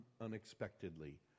unexpectedly